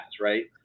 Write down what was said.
right